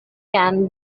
can